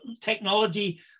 technology